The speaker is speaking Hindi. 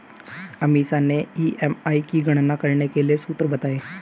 अमीषा ने ई.एम.आई की गणना करने के लिए सूत्र बताए